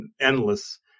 endless